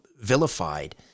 vilified